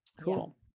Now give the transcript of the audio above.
Cool